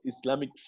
Islamic